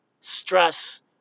Stress